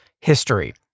history